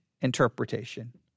interpretation